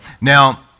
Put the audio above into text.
now